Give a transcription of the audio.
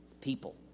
people